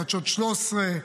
חדשות 13,